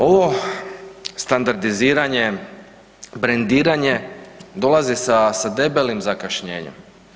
Ovo standardiziranje, brendiranje, dolazi sa debelim zakašnjenjem.